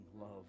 love